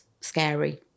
scary